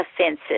offenses